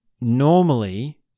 normally